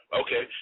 okay